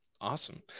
awesome